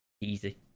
Easy